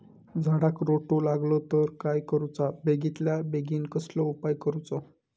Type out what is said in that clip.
झाडाक रोटो लागलो तर काय करुचा बेगितल्या बेगीन कसलो उपाय करूचो?